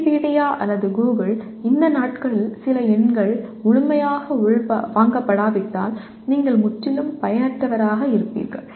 Wikipedia அல்லது Google இந்த நாட்களில் சில எண்கள் முழுமையாக உள்வாங்கப்படாவிட்டால் நீங்கள் முற்றிலும் பயனற்றவர்களாக இருப்பீர்கள்